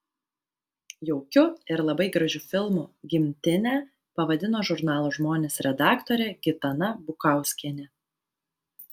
jaukiu ir labai gražiu filmu gimtinę pavadino žurnalo žmonės redaktorė gitana bukauskienė